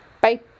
Bye